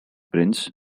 prince